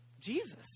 Jesus